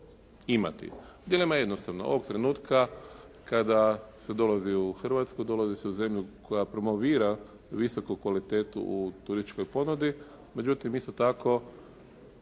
imati. Dilema je jednostavna, ovog trenutka kada se dolazi u Hrvatsku, dolazi se u zemlju koja promovira visoku kvalitetu u turističkoj ponudi, međutim isto tako